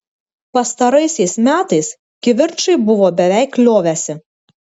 pastaraisiais metais kivirčai buvo beveik liovęsi